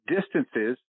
distances